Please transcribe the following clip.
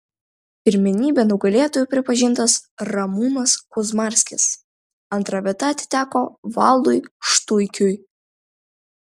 pirmenybių nugalėtoju pripažintas ramūnas kuzmarskis antra vieta atiteko valdui štuikiui